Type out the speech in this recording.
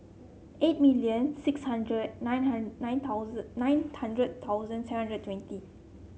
eight million six hundred nine nine thousand nine hundred thousand seven hundred twenty